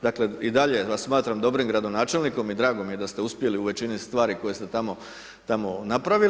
Dakle i dalje vas smatram dobrim gradonačelnikom i drago mi je da ste uspjeli u većini stvari koje ste tamo napravili.